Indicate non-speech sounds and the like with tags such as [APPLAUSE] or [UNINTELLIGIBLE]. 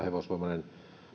[UNINTELLIGIBLE] hevosvoimaisen